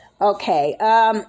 Okay